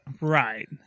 Right